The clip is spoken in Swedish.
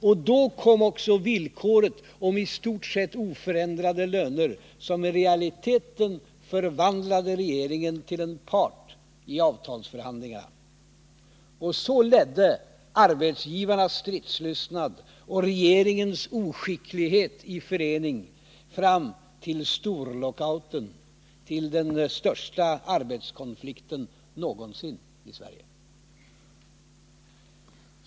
Och då kom också villkoret om i stort sett oförändrade löner, som i realiteten förvandlade regeringen till en part i avtalsförhandlingarna. Så ledde arbetsgivarnas stridslystnad och regeringens oskicklighet i förening fram till storlockouten, till den största arbetskonflikten någonsin i Sverige.